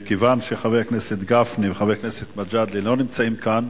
מכיוון שחברי הכנסת גפני ומג'אדלה לא נמצאים כאן,